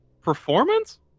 performance